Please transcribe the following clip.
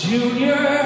Junior